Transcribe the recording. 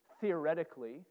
theoretically